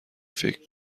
فکر